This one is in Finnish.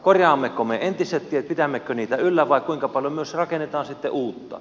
korjaammeko me entiset tiet pidämmekö niitä yllä ja kuinka paljon myös rakennetaan sitten uutta